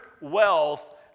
wealth